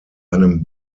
einem